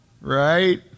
Right